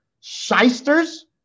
shysters